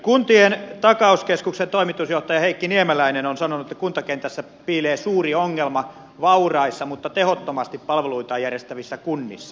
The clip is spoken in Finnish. kuntien takauskeskuksen toimitusjohtaja heikki niemeläinen on sanonut että kuntakentässä piilee suuri ongelma vauraissa mutta tehottomasti palveluitaan järjestävissä kunnissa